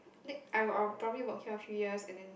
like I will probably work here three years and then